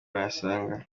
wayasanga